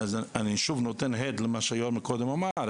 אני שוב נותן הד למה שהיושב-ראש קודם אמר,